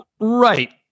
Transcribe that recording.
right